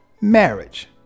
marriage